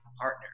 partner